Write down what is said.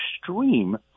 extreme